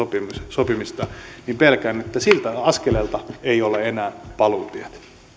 sopimista niin pelkään että siltä askeleelta ei ole enää paluutietä